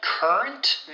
Current